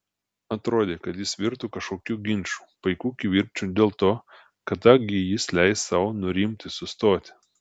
atrodė kad jis virto kažkokiu ginču paiku kivirču dėl to kada gi jis leis sau nurimti sustoti